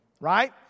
right